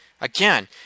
Again